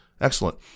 Excellent